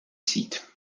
seat